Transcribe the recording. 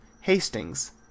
Hastings